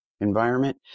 environment